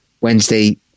Wednesday